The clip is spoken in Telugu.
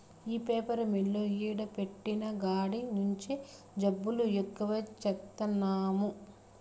ఈ పేపరు మిల్లు ఈడ పెట్టిన కాడి నుంచే జబ్బులు ఎక్కువై చత్తన్నాము